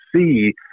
see